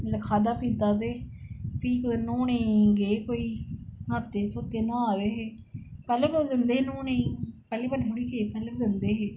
जिसलै खाद्धा पीत्ता ते फ्ही कुतै नहौने गी गे न्हाते न्हूते न्हा दे हे पैहलें बी चली जंदा कि न्हौने गी पैहलें बारी थोह्ड़े ना गे पैहले बी जंदे हे न्हौने गी